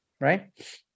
right